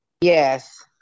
Yes